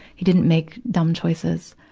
he didn't make dumb choices.